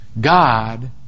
God